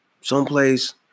someplace